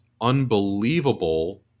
unbelievable